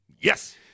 Yes